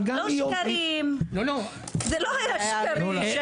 לא שקרים, זה לא היה שקרים.